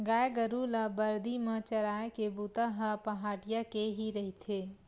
गाय गरु ल बरदी म चराए के बूता ह पहाटिया के ही रहिथे